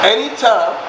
Anytime